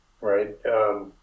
right